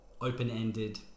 open-ended